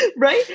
Right